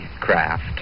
craft